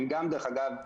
דרך אגב,